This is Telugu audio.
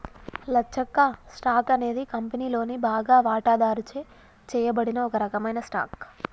లచ్చక్క, స్టాక్ అనేది కంపెనీలోని బాగా వాటాదారుచే చేయబడిన ఒక రకమైన స్టాక్